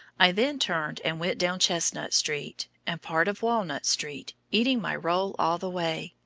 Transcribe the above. i then turned and went down chestnut street, and part of walnut street, eating my roll all the way.